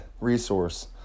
resource